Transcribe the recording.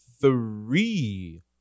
three